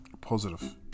positive